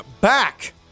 back